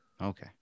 Okay